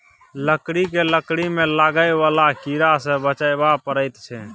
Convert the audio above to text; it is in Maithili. लकड़ी केँ लकड़ी मे लागय बला कीड़ा सँ बचाबय परैत छै